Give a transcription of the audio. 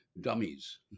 dummies